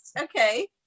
Okay